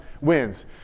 wins